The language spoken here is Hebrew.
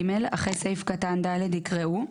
; (ג) אחרי סעיף קטן (ד) יקראו: